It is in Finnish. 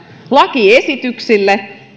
lakiesityksille